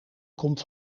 komt